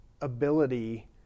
ability